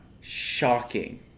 Shocking